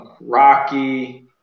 Rocky